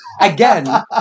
again